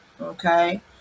Okay